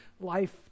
life